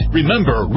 Remember